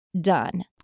done